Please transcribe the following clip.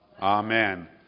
Amen